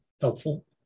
helpful